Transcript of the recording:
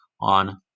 on